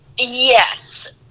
yes